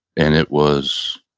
and it was